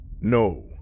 No